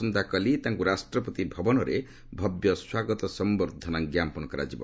ଆସନ୍ତାକାଲି ତାଙ୍କୁ ରାଷ୍ଟ୍ରପତି ଭବନରେ ଭବ୍ୟ ସ୍ୱାଗତ ସମ୍ଭର୍ଦ୍ଧନା ଜ୍ଞାପନ କରାଯିବ